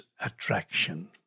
attraction